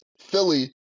Philly